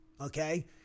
okay